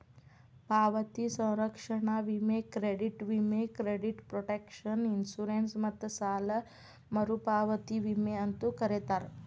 ಪಾವತಿ ಸಂರಕ್ಷಣಾ ವಿಮೆ ಕ್ರೆಡಿಟ್ ವಿಮೆ ಕ್ರೆಡಿಟ್ ಪ್ರೊಟೆಕ್ಷನ್ ಇನ್ಶೂರೆನ್ಸ್ ಮತ್ತ ಸಾಲ ಮರುಪಾವತಿ ವಿಮೆ ಅಂತೂ ಕರೇತಾರ